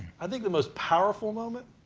i think the most powerful moment